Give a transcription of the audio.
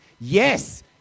Yes